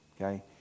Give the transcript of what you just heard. okay